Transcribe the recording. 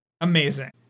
amazing